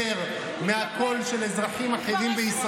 גם אם לא הייתי טייס,